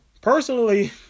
Personally